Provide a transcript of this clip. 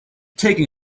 taking